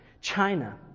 China